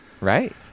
Right